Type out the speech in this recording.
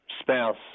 spouse